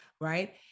Right